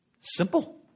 Simple